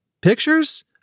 Pictures